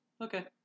okay